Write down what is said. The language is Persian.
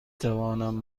توانم